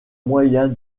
moyen